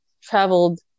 traveled